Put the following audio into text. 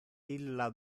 illa